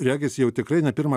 regis jau tikrai ne pirmą